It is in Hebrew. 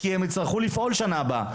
כי הם יצטרכו לפעול שנה הבאה,